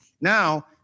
Now